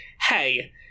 hey